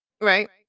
right